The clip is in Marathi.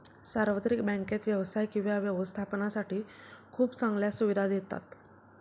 सार्वत्रिक बँकेत व्यवसाय किंवा व्यवस्थापनासाठी खूप चांगल्या सुविधा देतात